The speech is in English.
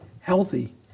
healthy